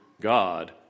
God